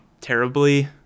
terribly